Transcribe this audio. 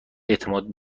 اعتماد